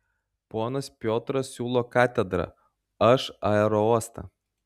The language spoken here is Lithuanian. ponas piotras siūlo katedrą aš aerouostą